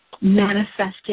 manifesting